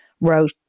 wrote